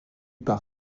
par